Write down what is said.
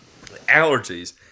allergies